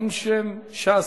אין שם, ש"ס,